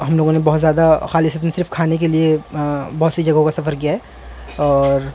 ہم لوگوں نے بہت زیادہ خالصتاً صرف کھانے کے لیے بہت سی جگہوں کا سفر کیا ہے اور